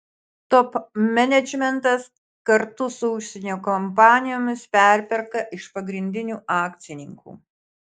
top menedžmentas kartu su užsienio kompanijomis perperka iš pagrindinių akcininkų